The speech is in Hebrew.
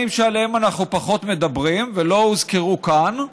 שעליהם אנחנו פחות מדברים ולא הוזכרו כאן,